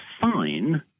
fine